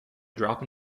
drop